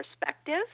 perspective